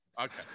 Okay